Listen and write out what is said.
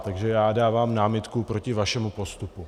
Takže já dávám námitku proti vašemu postupu.